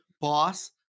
Boss